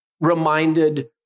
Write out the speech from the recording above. reminded